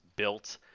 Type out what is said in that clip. built